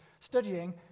studying